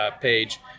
page